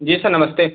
जी sir नमस्ते